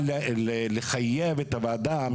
לחייב את הוועדה המקומית.